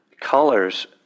colors